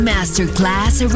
Masterclass